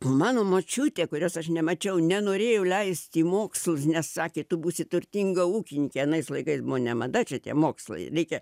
mano močiutė kurios aš nemačiau nenorėjo leisti į mokslus nes sakė tu būsi turtinga ūkininkė anais laikais ne mada čia tie mokslai reikia